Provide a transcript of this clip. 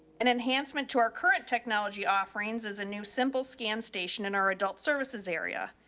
an enhancement to our current technology offerings as a new simple scan station in our adult services area.